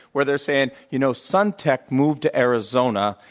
where they're saying, you know, suntech moved to arizona,